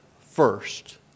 first